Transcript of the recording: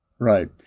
Right